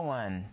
one